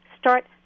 Start